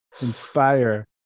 inspire